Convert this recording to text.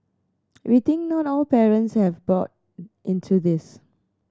we think not all parents have bought into this